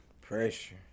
Pressure